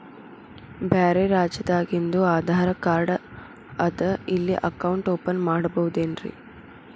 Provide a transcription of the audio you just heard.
ಬ್ಯಾರೆ ರಾಜ್ಯಾದಾಗಿಂದು ಆಧಾರ್ ಕಾರ್ಡ್ ಅದಾ ಇಲ್ಲಿ ಅಕೌಂಟ್ ಓಪನ್ ಮಾಡಬೋದೇನ್ರಿ?